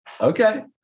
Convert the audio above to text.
Okay